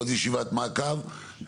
עוד ישיבת מעקב.